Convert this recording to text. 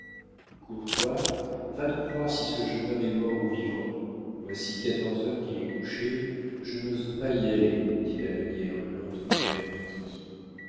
courtois va donc voir si ce jeune homme est mort ou vivant voici quatorze heures qu'il est couché je n'ose pas y aller dit la meunière le lendemain vers midi